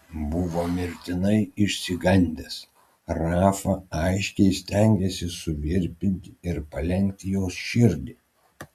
buvo mirtinai išsigandęs rafa aiškiai stengėsi suvirpinti ir palenkti jos širdį